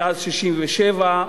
מאז 1967,